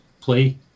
play